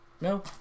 no